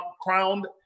crowned